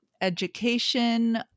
Education